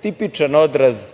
tipičan odraz